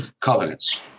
covenants